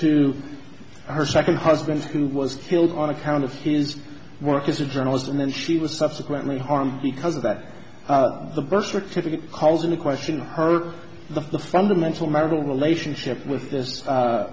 to her second husband who was killed on account of his work as a journalist and then she was subsequently harmed because of that the birth certificate calls into question her the fundamental marital relationship with